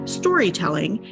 storytelling